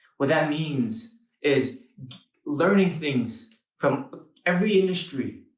what that means is learning things from every industry,